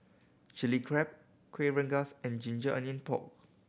Chili Crab Kueh Rengas and ginger onion pork